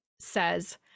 says